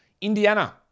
Indiana